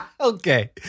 okay